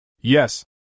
Yes